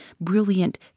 brilliant